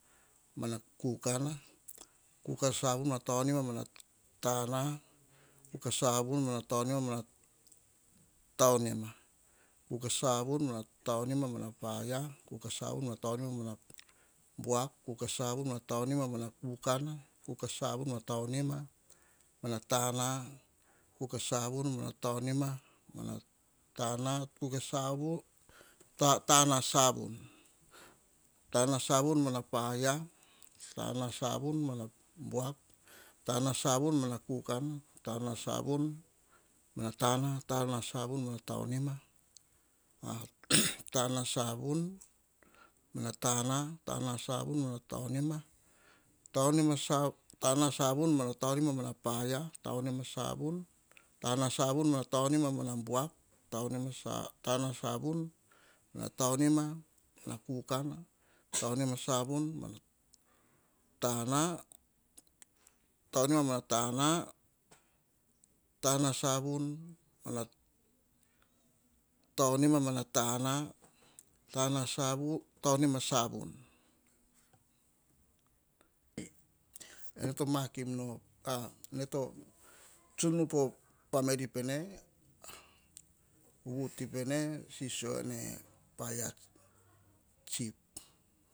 Mana kukana, kukah savun mana taonima mona tana, kuka savun mana taonima mana taunima, kuka savun mana taunima mana paia, kuka savun mana taonima mana paia, kuka savun mana taonima mana buak, kuka savun mana taonima mana kukana, kuka savun mana taonima moma tana, tana savun. Tama savun mana paia, tama savun mona buak, tana savun mona kukana, tana savun mona tana, tana savun mona taonima, tana savun mona taonima mana paia, tana savun mana taonima mana buak, tana savun mana taonima mana kukana, tana savun mana taonima mana kukana, tana savun mana taonima mona tana, taonima savun.